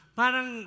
parang